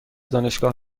دانشگاه